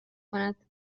کند